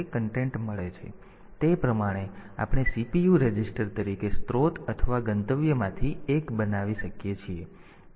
તેથી તે પ્રમાણે આપણે CPU રજિસ્ટર તરીકે સ્ત્રોત અથવા ગંતવ્યમાંથી એક બનાવી શકીએ છીએ